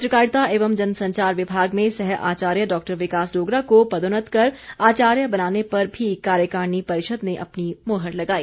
पत्रकारिता एवं जन संचार विभाग में सह आचार्य डॉक्टर विकास डोगरा को पदोन्नत कर आचार्य बनाने पर भी कार्यकारिणी परिषद ने अपनी मोहर लगाई